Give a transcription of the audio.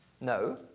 No